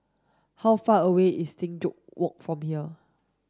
how far away is Sing Joo Walk from here